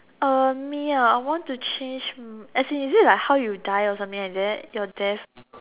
uh me ah I want to change um as in is it like how you die or something like that like your death